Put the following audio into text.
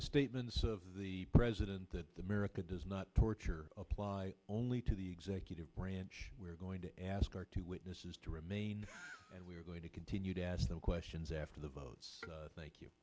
the statements of the president that america does not torture apply only to the executive branch we're going to ask our two witnesses to remain and we're going to continue to ask them questions after the votes thank you